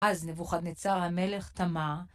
אז נבוכדנצר המלך תמה.